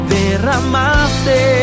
derramaste